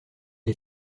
est